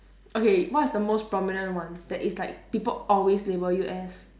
okay what is the most prominent one that is like people always label you as